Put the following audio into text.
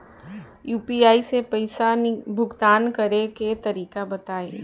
UPI से पईसा भुगतान करे के तरीका बताई?